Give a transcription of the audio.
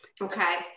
Okay